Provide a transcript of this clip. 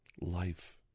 Life